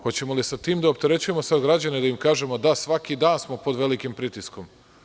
Hoćemo li sa tim da opterećujemo građane, da im kažemo da svaki dan smo pod velikim pritiskom.